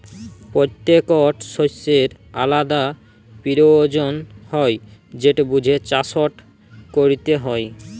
পত্যেকট শস্যের আলদা পিরয়োজন হ্যয় যেট বুঝে চাষট ক্যরতে হয়